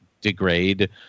degrade